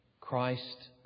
Christ